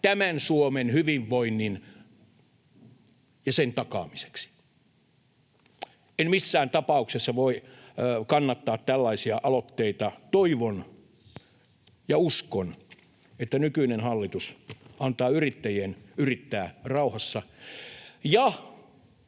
tämän Suomen hyvinvoinnin eteen ja sen takaamiseksi. En missään tapauksessa voi kannattaa tällaisia aloitteita. Toivon ja uskon, että nykyinen hallitus antaa yrittäjien yrittää rauhassa ja